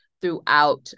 throughout